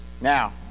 Now